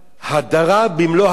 הדרה במלוא הדרה,